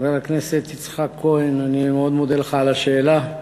חבר הכנסת יצחק כהן, אני מאוד מודה לך על השאלה.